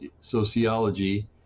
Sociology